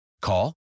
Call